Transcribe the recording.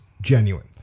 genuine